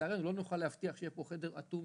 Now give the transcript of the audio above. לצערנו לא נוכל להבטיח שיהיה חדר אטום,